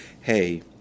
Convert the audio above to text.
hey